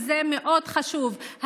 זה מאוד חשוב.